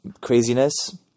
craziness